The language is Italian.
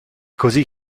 così